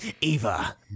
Eva